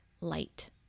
light